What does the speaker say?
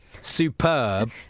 Superb